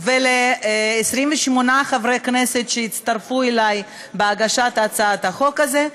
ול-28 חברי הכנסת שהצטרפו אלי בהגשת הצעת החוק הזאת.